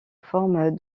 forme